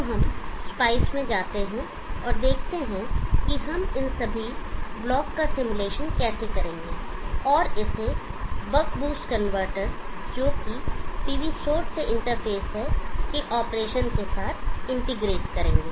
तो हम स्पाइस में जाते हैं और देखते हैं कि हम इन सभी ब्लॉक का सिमुलेशन कैसे करेंगे और इसे बक बूस्ट कनवर्टर जो की पीवी स्त्रोत से इंटरफ़ेस है के ऑपरेशन के साथ इंटीग्रेट करेंगे